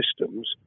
systems